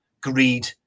greed